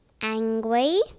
angry